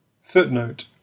Footnote